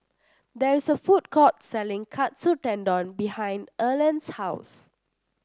there is a food court selling Katsu Tendon behind Erland's house